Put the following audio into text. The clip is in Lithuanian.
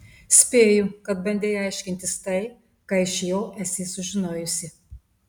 spėju kad bandei aiškintis tai ką iš jo esi sužinojusi